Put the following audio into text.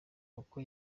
uko